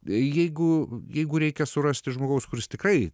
jeigu jeigu reikia surasti žmogaus kuris tikrai